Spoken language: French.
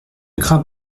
crains